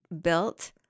built